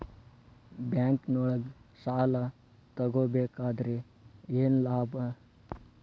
ಬ್ಯಾಂಕ್ನೊಳಗ್ ಸಾಲ ತಗೊಬೇಕಾದ್ರೆ ಏನ್ ಲಾಭ?